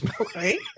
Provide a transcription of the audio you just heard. Okay